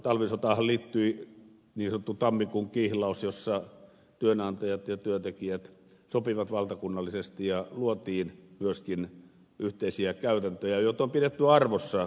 talvisotaanhan liittyi niin sanottu tammikuun kihlaus jossa työnantajat ja työntekijät sopivat valtakunnallisesti ja luotiin myöskin yhteisiä käytäntöjä joita on pidetty arvossa suomessa